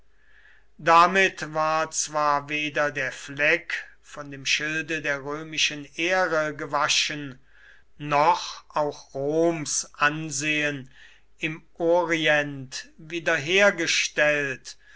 damit war zwar weder der fleck von dem schilde der römischen ehre gewaschen noch auch roms ansehen im orient